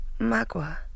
Magua